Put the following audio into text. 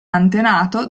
antenato